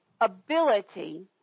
ability